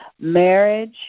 Marriage